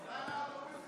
בבקשה.